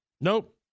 nope